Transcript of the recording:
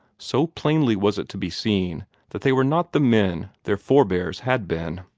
so plainly was it to be seen that they were not the men their forbears had been.